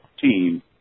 team